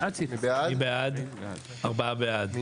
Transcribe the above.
מי בעד סעיף 26?